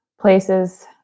places